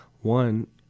one